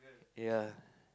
ya